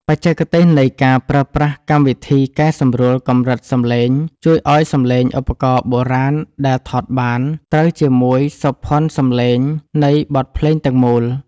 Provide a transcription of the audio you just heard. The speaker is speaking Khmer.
បច្ចេកទេសនៃការប្រើប្រាស់កម្មវិធីកែសម្រួលកម្រិតសំឡេង ជួយឱ្យសំឡេងឧបករណ៍បុរាណដែលថតបាន ត្រូវជាមួយសោភ័ណសំឡេងនៃបទភ្លេងទាំងមូល។